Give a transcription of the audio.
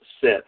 set